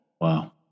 Wow